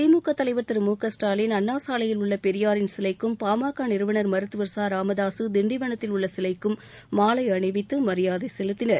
திமுக தலைவர் திரு மு க ஸ்டாலின் அண்ணாசாலையில் உள்ள பெரியாரின் சிலைக்கும் பாமக நிறுவனர் மருத்துவர் ச ராமதாசு திண்டிவனத்தில் உள்ள சிலைக்கும் மாலை அணிவித்து மரியாதை செலுத்தினர்